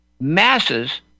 masses